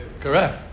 Correct